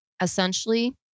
essentially